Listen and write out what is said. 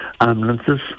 ambulances